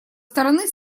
стороны